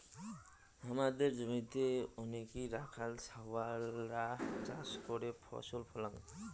হামাদের জমিতে অনেইক রাখাল ছাওয়ালরা চাষ করে ফসল ফলাং